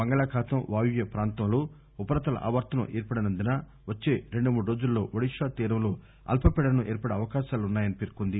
బంగాళాఖాతం వాయువ్య పాంతంలో ఉపరితల ఆవర్తనం ఏర్పడినందున వచ్చే రెండు మూడు రోజులలో ఒడిశా తీరంలో అల్పపీడనం ఏర్పడే అవకాశాలు ఉన్నాయని పేర్కొంది